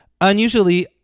Unusually